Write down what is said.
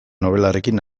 nobelarekin